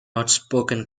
outspoken